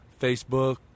Facebook